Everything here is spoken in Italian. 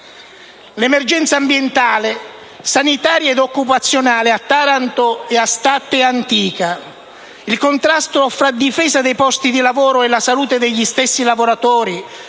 L'emergenza ambientale, sanitaria ed occupazionale a Taranto e Statte è antica. Il contrasto fra difesa dei posti di lavoro e la salute degli stessi lavoratori,